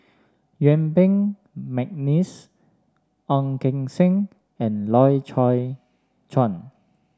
Yuen Peng McNeice Ong Keng Sen and Loy Chye Chuan